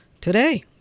Today